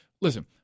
listen